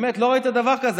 באמת, לא ראית דבר כזה.